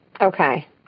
Okay